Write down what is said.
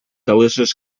delicious